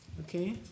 Okay